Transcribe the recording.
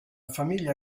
famiglia